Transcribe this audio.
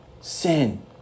sin